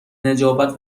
نجابت